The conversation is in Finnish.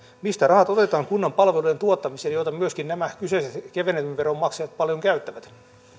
mistä rahat otetaan kunnan palvelujen tuottamiseen joita myöskin nämä kyseiset kevennetyn veron maksajat paljon käyttävät